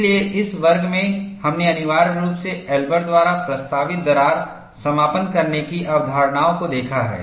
इसलिए इस वर्ग में हमने अनिवार्य रूप से एल्बर द्वारा प्रस्तावित दरार समापन करने की अवधारणाओं को देखा है